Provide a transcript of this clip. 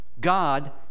God